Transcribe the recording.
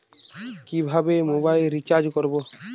কিভাবে mobile recharge করব?